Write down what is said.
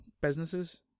businesses